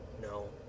no